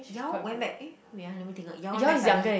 ya went back eh wait ah let me think ah ya went back study